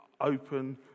open